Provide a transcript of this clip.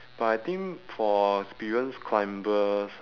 but I think for experienced climbers